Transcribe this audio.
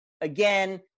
again